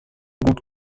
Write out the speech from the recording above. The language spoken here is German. gut